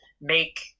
make